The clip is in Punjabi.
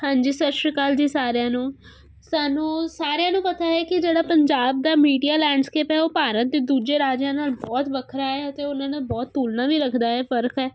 ਹਾਂਜੀ ਸਤਿ ਸ਼੍ਰੀ ਅਕਾਲ ਜੀ ਸਾਰਿਆਂ ਨੂੰ ਸਾਨੂੰ ਸਾਰਿਆਂ ਨੂੰ ਪਤਾ ਹੈ ਕਿ ਜਿਹੜਾ ਪੰਜਾਬ ਦਾ ਮੀਡੀਆ ਲੈਂਡਸਕੇਪ ਹੈ ਉਹ ਭਾਰਤ ਦੇ ਦੂਜੇ ਰਾਜਾਂ ਨਾਲੋਂ ਬਹੁਤ ਵੱਖਰਾ ਹੈ ਅਤੇ ਉਹਨਾਂ ਨਾਲ ਬਹੁਤ ਤੁਲਨਾ ਵੀ ਰੱਖਦਾ ਹੈ ਫ਼ਰਕ ਹੈ